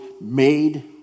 made